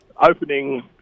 opening